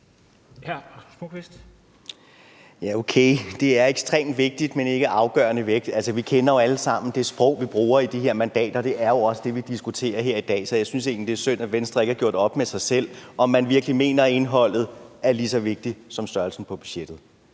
Det er ekstremt vigtigt, men har ikke afgørende vægt. Altså, vi kender jo alle sammen det sprog, vi bruger i forhold til de her mandater – det er jo også det, vi diskuterer her i dag, så jeg synes egentlig, det er synd, at Venstre ikke har gjort op med sig selv, om man virkelig mener, at indholdet er lige så vigtigt som størrelsen på budgettet.